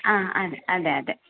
ആ അതെ അതെ അതെ